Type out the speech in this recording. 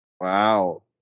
wow